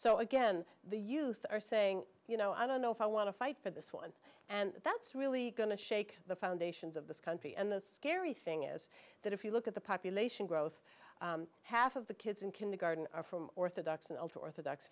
so again the youth are saying you know i don't know if i want to fight for this one and that's really going to shake the foundations of this country and the scary thing is that if you look at the population growth half of the kids in kindergarten are from orthodox and ultra orthodox